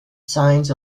signs